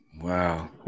Wow